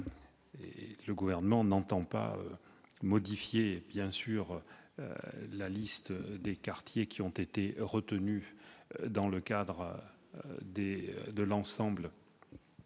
Le Gouvernement n'entend pas modifier la liste des quartiers qui ont été retenus dans le cadre de la